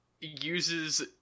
uses